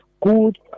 good